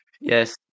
Yes